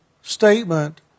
statement